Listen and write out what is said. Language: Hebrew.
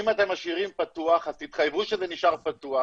אם אתם משאירים פתוח אז תתחייבו שזה נשאר פתוח,